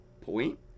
point